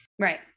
right